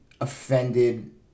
offended